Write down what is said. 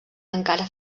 encara